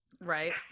right